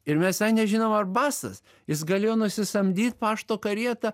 ir mes nežinom ar basas jis galėjo nusisamdyt pašto karietą